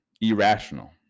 irrational